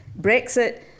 Brexit